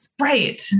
Right